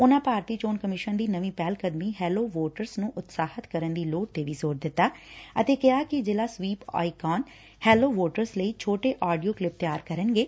ਉਨ੍ਨਾਂ ਭਾਰਤੀ ਚੋਣ ਕਮਿਸ਼ਨ ਦੀ ਨਵੀਂ ਪਹਿਲ ਕਦਮੀ ਹੈਲੋ ਵੋਟਰਸ ਨ੍ਨ ਉਤਸ਼ਾਹਿਤ ਕਰਨ ਦੀ ਲੋੜ ਤੇ ਵੀ ਜ਼ੋਰ ਦਿੱਤਾ ਅਤੇ ਕਿਹਾ ਕੋਂ ਜ਼ਿਲਾ ਸਵੀਪ ਆਈਕਾਨ ਹੈਲੋ ਵੋਟਰਸ ਲਈ ਛੋਟੇ ਆਡੀਓ ਕੋਲਿੱਪ ਤਿਆਰ ਕਰਨਗੇ